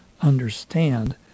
understand